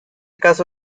caso